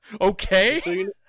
okay